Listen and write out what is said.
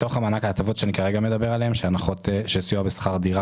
ההטבות שאני כרגע מדבר עליהן שהן סיוע בשכר דירה